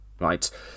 right